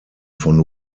von